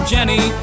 Jenny